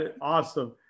Awesome